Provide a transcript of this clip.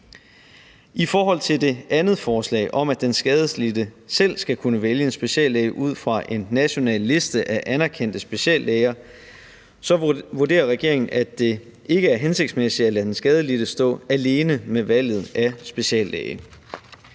I forhold til det andet forslag om, at den skadelidte selv skal kunne vælge en speciallæge ud fra en national liste af anerkendte speciallæger, vurderer regeringen, at det ikke er hensigtsmæssigt at lade den skadelidte stå alene med valget af speciallæge.